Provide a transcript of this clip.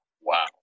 Wow